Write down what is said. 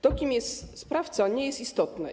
To, kim jest sprawca, nie jest istotne.